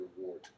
reward